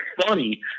funny